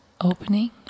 opening